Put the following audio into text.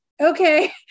okay